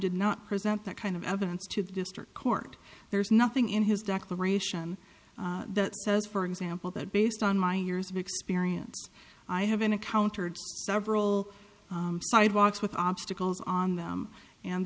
did not present that kind of evidence to the district court there's nothing in his declaration that says for example that based on my years of experience i haven't encountered several sidewalks with obstacles on them and